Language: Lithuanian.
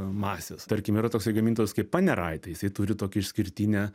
masės tarkim yra toks gamintojas kaip panerai tai jisai turi tokią išskirtinę